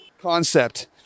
concept